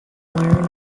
learn